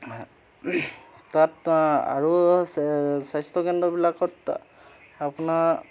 তাত আৰু চা স্বাস্থ্যকেন্দ্ৰবিলাকত আপোনাৰ